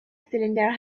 cylinder